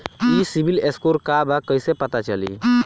ई सिविल स्कोर का बा कइसे पता चली?